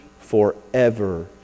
forever